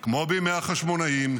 כמו בימי החשמונאים,